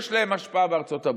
יש להם השפעה בארצות הברית.